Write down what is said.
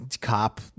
cop